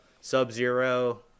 Sub-Zero